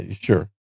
sure